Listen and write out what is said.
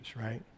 right